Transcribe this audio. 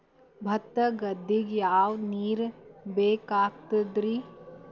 ಭತ್ತ ಗದ್ದಿಗ ಯಾವ ನೀರ್ ಬೇಕಾಗತದರೀ?